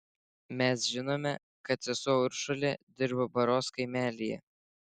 mes žinome kad sesuo uršulė dirbo baros kaimelyje